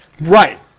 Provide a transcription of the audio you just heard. Right